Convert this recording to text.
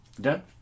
Done